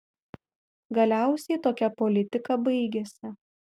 galiausiai tokia politika baigėsi